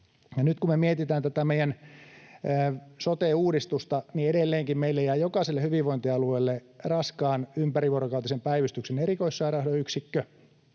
Nyt kun me mietitään tätä meidän sote-uudistusta, niin edelleenkin meille jää jokaiselle hyvinvointialueelle raskaan, ympärivuorokautisen päivystyksen erikoissairaanhoidon yksikkö,